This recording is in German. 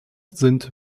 sind